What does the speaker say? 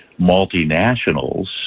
multinationals